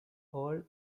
old